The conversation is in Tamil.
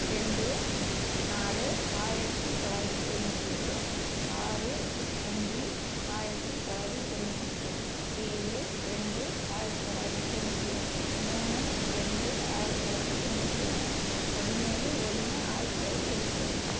ரெண்டு நாலு ஆயிரத்து தொள்ளாயிரத்தி தொண்ணூற்றி ஏழு ஆறு அஞ்சு ஆயிரத்து தொள்ளாயிரத்தி தொண்ணூற்றி எட்டு ஏழு ரெண்டு ஆயிரத்து தொள்ளாயிரத்தி தொண்ணூற்றி ஆறு மூணு ரெண்டு ஆயிரத்து தொள்ளாயிரத்தி தொண்ணூற்றி ஆறு பதினேழு ஒன்று ஆயிரத்து தொள்ளாயிரத்தி தொண்ணூற்றி ஆறு